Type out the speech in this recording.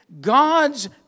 God's